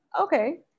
okay